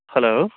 hello